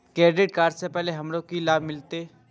Credit card से हमरो की लाभ मिलते?